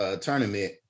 tournament